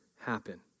happen